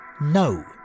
No